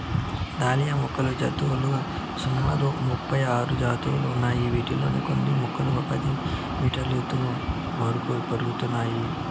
dahlia మొక్కల జాతులు సుమారు ముపై ఆరు జాతులు ఉన్నాయి, వీటిలో కొన్ని మొక్కలు పది మీటర్ల ఎత్తు వరకు పెరుగుతాయి